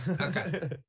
Okay